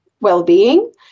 well-being